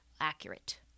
accurate